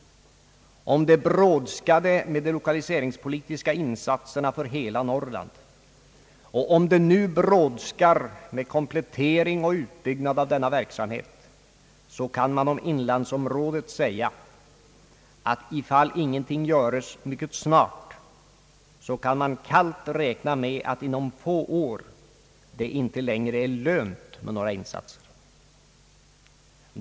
Om det brådskade med de lokaliseringspolitiska insatserna för hela Norrland och om det nu brådskar med komplettering och utbyggnad av denna verksamhet, så kan vi beträffande inlandsområdet säga att om ingenting göres mycket snart får man kallt räkna med att det inom få år inte längre är lönt med några insatser.